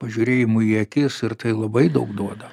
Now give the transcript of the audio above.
pažiūrėjimui į akis ir tai labai daug duoda